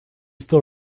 still